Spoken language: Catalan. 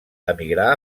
emigrar